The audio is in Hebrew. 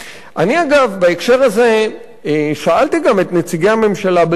אגב, בהקשר הזה, שאלתי גם את נציגי הממשלה בדיון.